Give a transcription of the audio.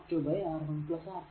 ആണ്